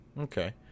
Okay